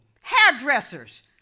hairdressers